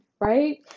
right